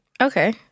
Okay